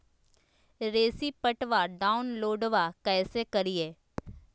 रेसिप्टबा डाउनलोडबा कैसे करिए?